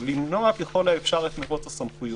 למנוע ככל האפשר את מרוץ הסמכויות.